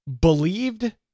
believed